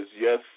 Yes